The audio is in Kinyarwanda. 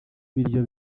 ibiryo